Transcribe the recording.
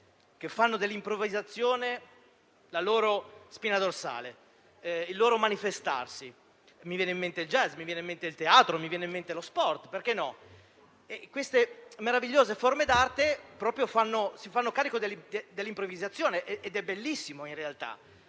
che fanno dell'improvvisazione la loro spina dorsale, il loro manifestarsi. Mi vengono in mente il jazz, il teatro e lo sport. Queste meravigliose forme d'arte si fanno carico dell'improvvisazione ed è bellissimo in realtà.